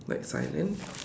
like silence